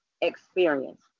experience